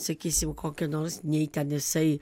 sakysim kokio nors nei ten jisai